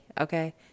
okay